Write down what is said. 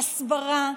הסברה,